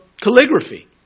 calligraphy